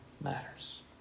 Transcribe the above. matters